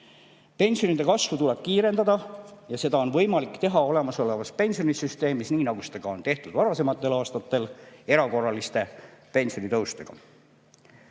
Pensionide kasvu tuleb kiirendada ja seda on võimalik teha olemasolevas pensionisüsteemis, nii nagu seda on tehtud varasematel aastatel – erakorraliste pensionitõusudega.